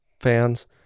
fans